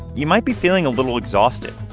you might be feeling a little exhausted.